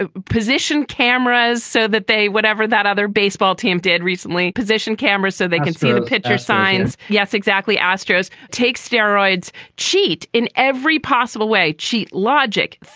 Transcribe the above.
ah position cameras so that they whatever that other baseball team did recently, position cameras so they can see the pitcher signs? yes, exactly astros take steroids, cheat in every possible way, cheat logic,